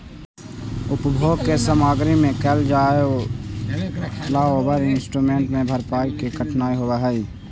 उपभोग के सामग्री में कैल जाए वालला ओवर इन्वेस्टमेंट के भरपाई में कठिनाई होवऽ हई